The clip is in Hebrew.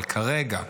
אבל כרגע,